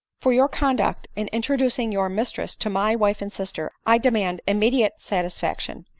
for your conduct in introducing your mistress to my wife and sister, i demand immediate satisfaction.